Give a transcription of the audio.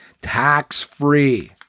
tax-free